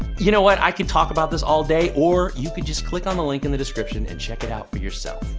you know what? i could talk about this all day. or you could just click on the link in the description and check it out for yourself.